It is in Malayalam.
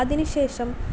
അതിന് ശേഷം